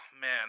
man